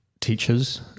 teachers